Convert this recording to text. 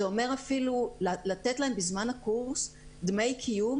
זה אומר אפילו לתת להם בזמן הקורס דמי קיום